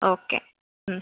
okay ഉം